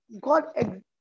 God